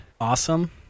awesome